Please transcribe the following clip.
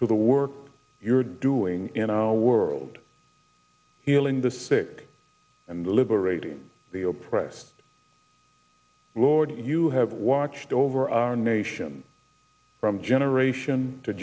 to the work you're doing in our world healing the sick and liberating the oppressed lord you have watched over our nation from generation to